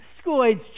school-age